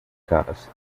caras